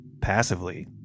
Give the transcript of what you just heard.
passively